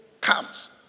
comes